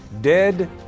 dead